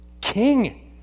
king